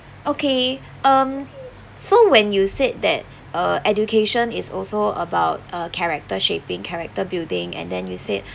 okay um so when you said that uh education is also about uh character shaping character building and then you said